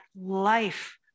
life